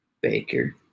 Baker